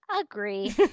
agree